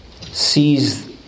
sees